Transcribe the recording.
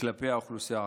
כלפי האוכלוסייה הערבית.